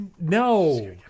no